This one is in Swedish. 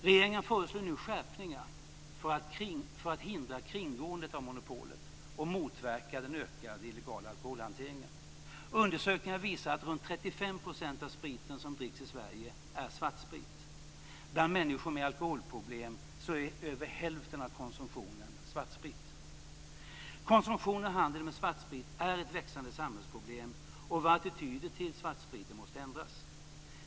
Regeringen föreslår nu skärpningar för att hindra kringgåendet av monopolet och motverka den ökade illegala alkoholhanteringen. Undersökningar visar att runt 35 % av den sprit som dricks i Sverige är svartsprit. När det gäller människor med alkoholproblem är över hälften av konsumtionen svartsprit. Konsumtion av och handel med svartsprit är ett växande samhällsproblem, och våra attityder till svartspriten måste ändras.